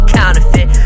counterfeit